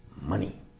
money